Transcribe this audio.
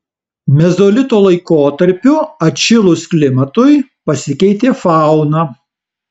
mezolito laikotarpiu atšilus klimatui pasikeitė fauna